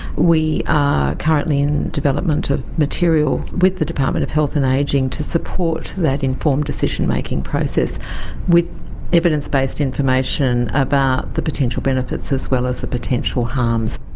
we are currently in development of material with the department of health and ageing to support that informed decision-making process with evidence-based information about the potential benefits as well as the potential harms.